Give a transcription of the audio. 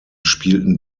spielten